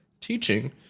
teaching